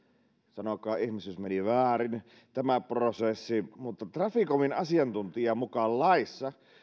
sanokaa ihmeessä jos meni väärin tämä prosessi mutta traficomin asiantuntijan mukaan laissa